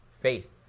faith